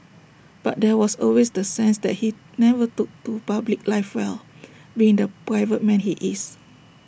but there was always the sense that he never took to public life well being the private man he is